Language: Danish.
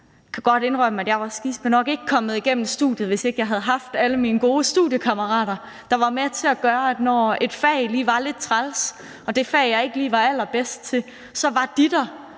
Jeg kan godt indrømme, at jeg sgisme nok ikke var kommet igennem studiet, hvis ikke jeg havde haft alle mine gode studiekammerater. Når et fag lige var lidt træls, og når der var et fag, jeg ikke lige var allerbedst til, så var de der